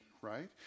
right